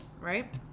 right